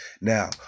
Now